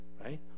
right